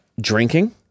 drinking